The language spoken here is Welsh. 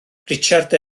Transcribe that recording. richard